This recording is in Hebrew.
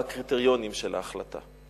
והקריטריונים של ההחלטה.